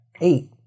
Eight